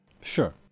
Sure